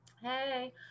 Hey